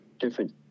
different